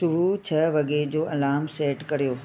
तूं छह वॻे जो अलार्म सेट करियो